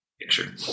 picture